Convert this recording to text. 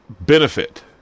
benefit